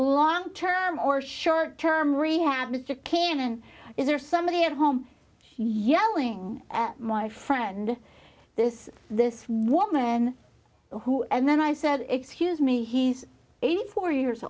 long term or short term rehab mr cannon is there somebody at home yelling at my friend this this woman who and then i said excuse me he's eighty four years